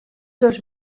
dos